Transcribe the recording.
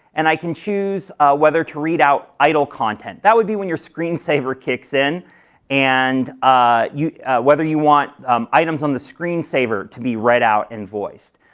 and i can choose whether to read out idle content. that would be when your screen saver kicks in and ah whether you want items on the screen saver to be read out and voiced.